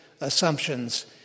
assumptions